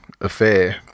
affair